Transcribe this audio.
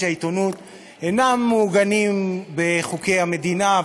העיתונות אינם מעוגנים בחוקי המדינה,